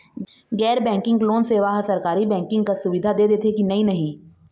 गैर banking loan सेवा हा सरकारी बैंकिंग कस सुविधा दे देथे कि नई नहीं?